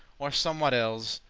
or somewhat elles,